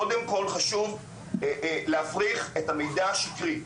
קודם כל חשוב להפריך את המידע השקרי.